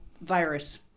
virus